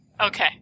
Okay